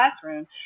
classroom